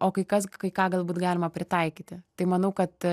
o kai kas kai ką galbūt galima pritaikyti tai manau kad